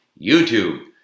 YouTube